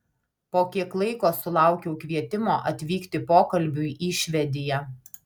po kiek laiko sulaukiau kvietimo atvykti pokalbiui į švediją